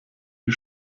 die